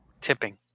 Tipping